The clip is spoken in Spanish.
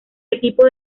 equipo